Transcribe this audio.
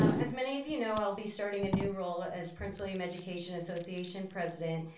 um as many of you know, i'll be starting a new role as prince william education association president,